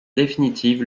définitive